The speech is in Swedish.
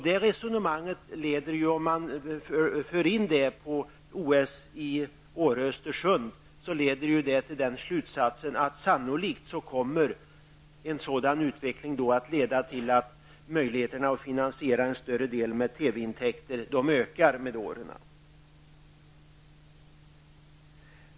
Det resonemanget leder ju, om man för in det på OS i Åre--Östersund, till den slutsatsen att en sådan utveckling sannolikt kommer att leda till att möjligheterna att finansiera en större del med TV-intäkter ökar med åren.